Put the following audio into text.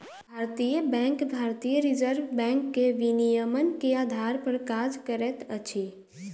भारतीय बैंक भारतीय reserve bank के विनियमन के आधार पर काज करैत अछि